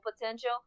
potential